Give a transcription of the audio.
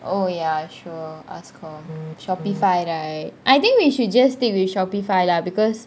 oh ya sure ask her Shopify right I think we should just stick with Shopify lah because